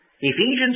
Ephesians